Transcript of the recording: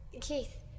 Keith